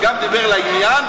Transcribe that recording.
וגם דיבר לעניין,